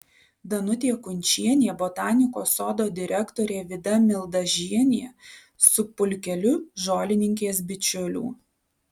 danutė kunčienė botanikos sodo direktorė vida mildažienė su pulkeliu žolininkės bičiulių